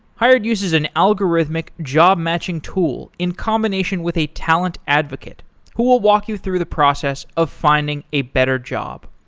hired uses an algorithmic job-matching tool in combination with a talent advocate who will walk you through the process of finding a better job.